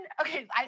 okay